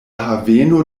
haveno